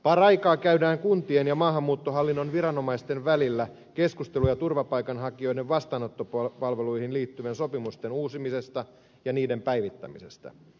paraikaa käydään kuntien ja maahanmuuttohallinnon viranomaisten välillä keskustelua turvapaikanhakijoiden vastaanottopalveluihin liittyvien sopimusten uusimisesta ja niiden päivittämisestä